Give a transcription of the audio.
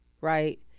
Right